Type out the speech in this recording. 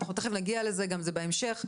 תיכף נגיע לזה, זה מופיע בהמשך.